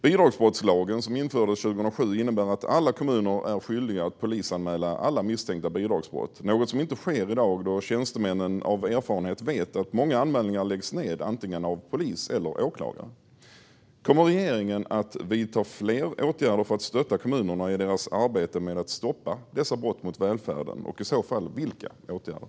Bidragsbrottslagen, som infördes 2007, innebär att alla kommuner är skyldiga att polisanmäla alla misstänkta bidragsbrott - något som inte sker i dag då tjänstemännen av erfarenhet vet att många anmälningar läggs ned antingen av polis eller av åklagare. Kommer regeringen att vidta fler åtgärder för att stötta kommunerna i deras arbete med att stoppa dessa brott mot välfärden, och i så fall vilka åtgärder?